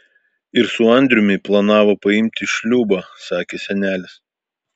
ir su andriumi planavo paimti šliūbą sakė senelis